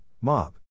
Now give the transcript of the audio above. mob